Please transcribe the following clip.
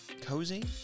cozy